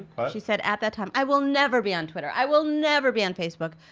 she said at that time i will never be on twitter. i will never be on facebook.